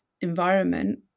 environment